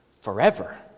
forever